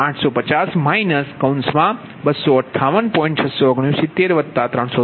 તેથી Pg850 258